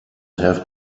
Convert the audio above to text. have